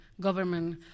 government